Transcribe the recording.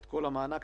כל המענק.